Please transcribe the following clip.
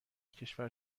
کشور